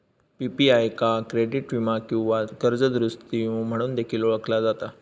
PPI का credit वीमा किंवा कर्ज दुरूस्ती विमो म्हणून देखील ओळखला जाता